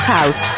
House